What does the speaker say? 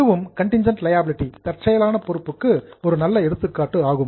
இதுவும் contingent liability தற்செயலான பொறுப்புக்கு ஒரு நல்ல எடுத்துக்காட்டு ஆகும்